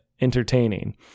entertaining